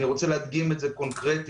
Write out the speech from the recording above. אני רוצה להדגים את זה קונקרטית.